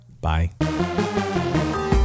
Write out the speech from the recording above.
bye